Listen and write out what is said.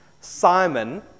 Simon